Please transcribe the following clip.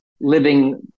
living